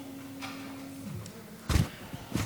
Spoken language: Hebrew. אדוני היושב-ראש.